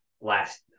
last